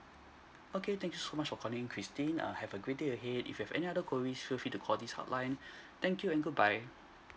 okay thank you so much for calling christine err have a great day ahead if you have any other queries feel free to call this hotline thank you and goodbye